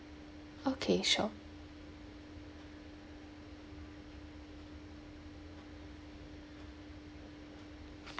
okay sure